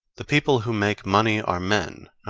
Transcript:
the people who make money are men,